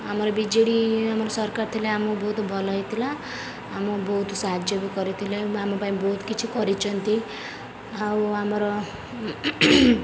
ଆମର ବିଜେଡ଼ି ଆମର ସରକାର ଥିଲା ଆମକୁ ବହୁତ ଭଲ ହେଇଥିଲା ଆମ ବହୁତ ସାହାଯ୍ୟ ବି କରିଥିଲେ ଏବଂ ଆମ ପାଇଁ ବହୁତ କିଛି କରିଛନ୍ତି ଆଉ ଆମର